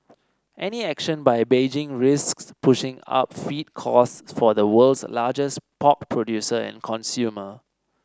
any action by Beijing risks pushing up feed costs for the world's largest pork producer and consumer